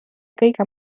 kõige